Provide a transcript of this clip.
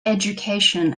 education